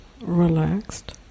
relaxed